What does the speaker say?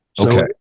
Okay